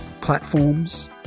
platforms